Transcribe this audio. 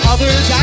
Others